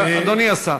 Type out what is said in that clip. אדוני השר.